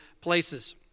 places